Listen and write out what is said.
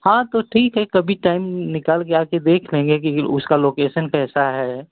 हाँ तो ठीक है कभी टाइम निकालकर आकर देख लेंगे कि उसका लोकेशन कैसा है